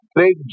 big